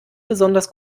besonders